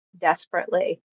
desperately